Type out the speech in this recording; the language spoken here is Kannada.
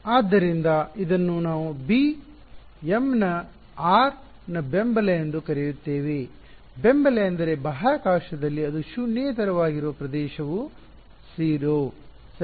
ಆದ್ದರಿಂದ ಇದನ್ನು ನಾವು b m ನ r ನ ಬೆಂಬಲ ಎಂದು ಕರೆಯುತ್ತೇವೆ ಬೆಂಬಲ ಎಂದರೆ ಬಾಹ್ಯಾಕಾಶದಲ್ಲಿ ಅದು ಶೂನ್ಯೇತರವಾಗಿರುವ ಪ್ರದೇಶವು 0 ಸರಿ